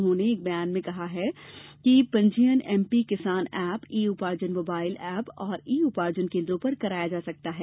उन्होंने एक बयान में बताया कि यह पंजीयन एमपी किसान ऐप ई उपार्जन मोबाइल ऐप और ई उपार्जन केन्द्रों पर कराया जा सकता है